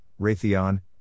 Raytheon